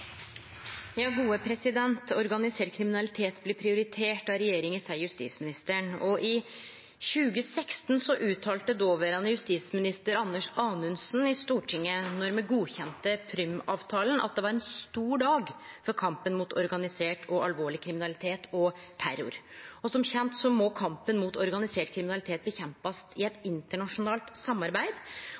Organisert kriminalitet blir prioritert av regjeringa, sa justisministeren. I 2016 uttalte dåverande justisminister Anders Anundsen i Stortinget då me godkjende Prüm-avtalen, at det var ein stor dag for kampen mot organisert og alvorleg kriminalitet og terror. Som kjent må kampen mot organisert kriminalitet skje i eit internasjonalt samarbeid,